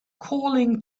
calling